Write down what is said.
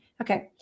Okay